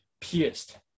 pierced